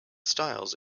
styles